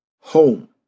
home